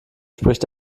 spricht